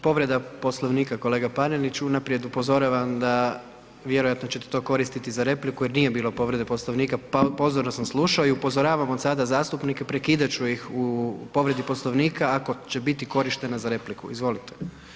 Povreda Poslovnika, kolega Panenić, unaprijed upozoravam da vjerojatno ćete to koristiti za repliku jer nije bilo povrede Poslovnika, pozorno sam slušao i upozoravam od sada zastupnike prekidat ću ih u povredi Poslovnika ako će biti korištena za repliku, izvolite.